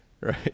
Right